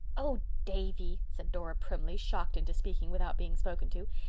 oh, davy, said dora primly, shocked into speaking without being spoken to,